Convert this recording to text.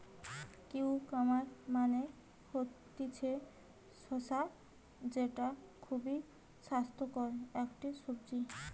cucumber মানে হতিছে শসা যেটা খুবই স্বাস্থ্যকর একটি সবজি